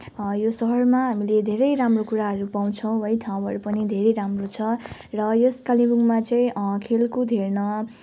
यो सहरमा हामीले धेरै राम्रो कुराहरू पाउँछौँ है ठाउँहरू पनि धेरै राम्रो छ र यस कालेबुङमा चाहिँ खेलकुद हेर्न